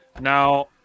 Now